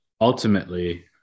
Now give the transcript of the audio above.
ultimately